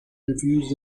refused